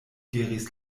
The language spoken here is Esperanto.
diris